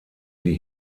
die